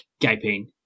gaping